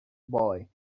boy